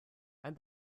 and